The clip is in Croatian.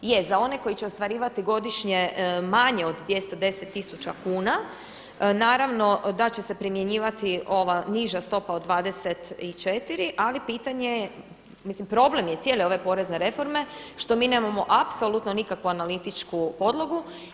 Je za one koji će ostvarivati godišnje manje od 210 tisuća kuna naravno da će se primjenjivati ova niža stopa od 24, ali pitanje, mislim problem je cijele ove porezne reforme što mi nemamo apsolutno nikakvu analitičku podlogu.